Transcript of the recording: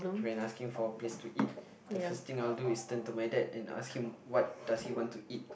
when asking for a place to eat the first thing I'll do is turn to my dad and ask him what does he want to eat